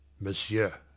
monsieur